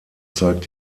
zeigt